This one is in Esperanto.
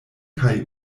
kaj